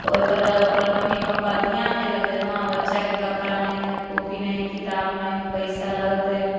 तऽ ओहिपर ओकरा मम्मी पप्पा धिआन देलक जे हँ बच्चाके कपड़ा नहि हइ कॉपी नहि हइ किताब नहि हइ पइसा लगतै